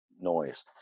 noise